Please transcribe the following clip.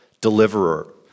deliverer